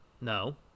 No